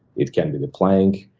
it can be the plank,